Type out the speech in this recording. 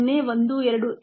012x 0